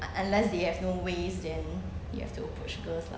unless they have no ways then you have to approach girls lah